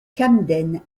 camden